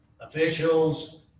officials